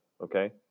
okay